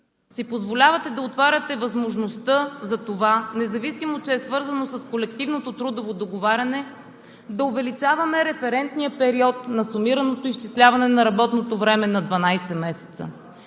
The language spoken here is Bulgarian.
си позволявате да отваряте възможността за това, независимо че е свързано с колективното трудово договаряне, да увеличаваме референтния период на сумираното изчисляване на работното време на 12 месеца?